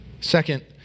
Second